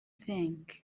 think